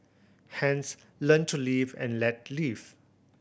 hence learn to live and let live